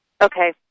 Okay